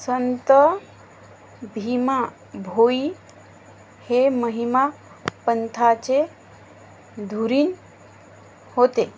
संत भीमा भोई हे महिमा पंथाचे धुरिण होते